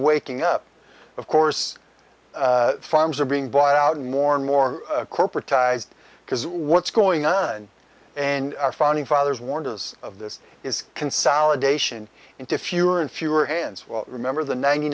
waking up of course farms are being bought out more and more corporate ties because what's going on and our founding fathers warned us of this is consolidation into fewer and fewer hands remember the ninety